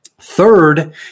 Third